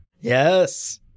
Yes